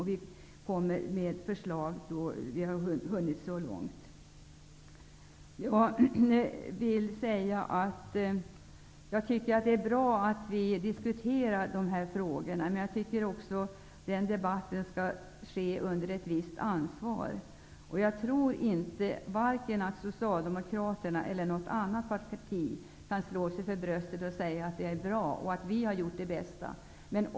Vi kommer med förslag då vi har hunnit så långt. Jag tycker att det är bra att vi diskuterar dessa frågor, men jag tycker att debatten skall ske under ett visst ansvar. Jag tror att varken Socialdemokraterna eller något annat parti kan slå sig för bröstet och säga att man har gjort det bästa.